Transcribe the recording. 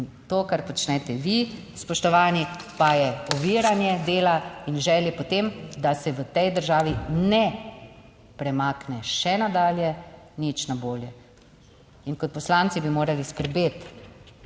In to, kar počnete vi, spoštovani, pa je oviranje dela in želja po tem, da se v tej državi ne premakne še nadalje nič na bolje. In kot poslanci bi morali skrbeti